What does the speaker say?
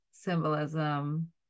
symbolism